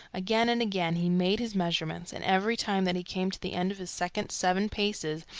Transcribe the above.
again and again he made his measurements, and every time that he came to the end of his second seven paces,